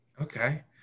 Okay